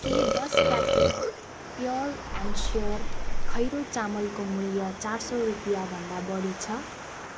के दस packet pure and sure खैरो चामलको मूल्य चार सय रुपियाँ भन्दा बढी छ